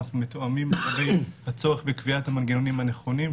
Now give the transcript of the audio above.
ואנחנו מתואמים בקביעת המנגנונים הנכונים,